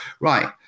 right